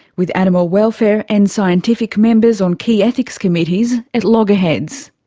with animal welfare and scientific members on key ethics committees at loggerheads.